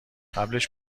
قبلش